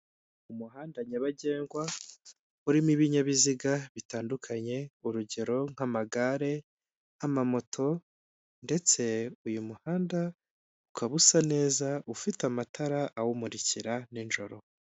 Umuhanda nyabagendwa urimo ibinyabiziga bitandukanye, urugero nk'amagare, amamoto ndetse uyu muhanda ukaba usa neza ufite amatara awumurikira n'injoro.